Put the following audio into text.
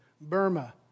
Burma